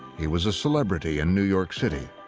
he was a celebrity in new york city.